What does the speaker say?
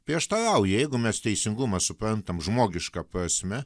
prieštarauja jeigu mes teisingumą suprantam žmogiška prasme